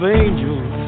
angels